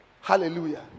Hallelujah